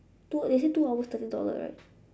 two they say two hours thirty dollar right